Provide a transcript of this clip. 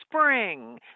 spring